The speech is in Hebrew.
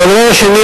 והדבר השני,